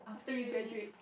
after we graduate